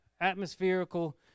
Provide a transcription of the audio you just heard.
atmospherical